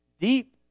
deep